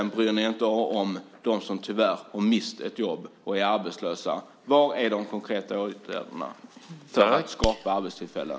Ni bryr er inte om dem som tyvärr har mist ett jobb och är arbetslösa. Var är de konkreta åtgärderna för att skapa arbetstillfällen?